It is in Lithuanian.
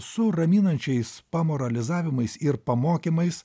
su raminančiais pamoralizavimais ir pamokymais